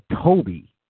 Toby